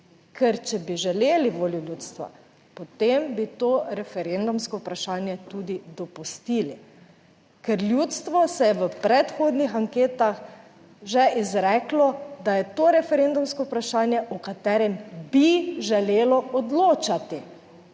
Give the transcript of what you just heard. ker, če bi želeli voljo ljudstva, potem bi to referendumsko vprašanje tudi dopustili, ker ljudstvo se je v predhodnih anketah že izreklo, da je to referendumsko vprašanje, o katerem bi želelo odločati.